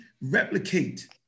replicate